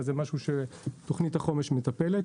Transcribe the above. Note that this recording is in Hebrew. זה משהו שתוכנית החומש מטפלת.